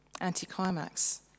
anticlimax